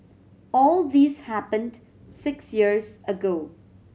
all this happened six years ago